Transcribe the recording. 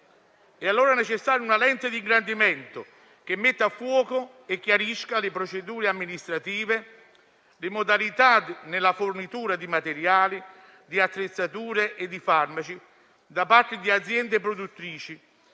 È allora necessaria una lente di ingrandimento che metta a fuoco e chiarisca le procedure amministrative e le modalità nella fornitura di materiali, attrezzature e farmaci da parte di aziende produttrici